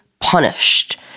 punished